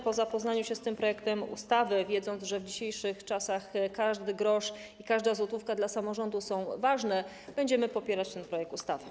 Po zapoznaniu się z tym projektem ustawy, wiedząc, że w dzisiejszych czasach każdy grosz i każda złotówka dla samorządu są ważne, będziemy popierać ten projekt ustawy.